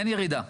אין ירידה,